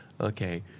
okay